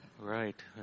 Right